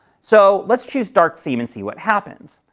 so, let's choose dark theme and see what happens.